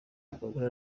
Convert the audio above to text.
abagore